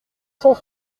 cent